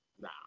Nah